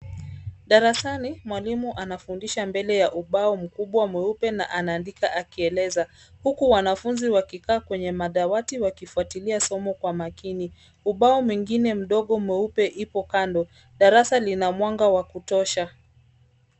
Darasani mwalimu anafundisha mbele ya ubao mkubwa mweupe na anaandika akieleza huku wanafunzi wakikaa kwenye madawati wakifuatilia somo kwa makini ubao mwingine mdogo mweupe ipo kando. Darasa lina mwanga wa kutosha.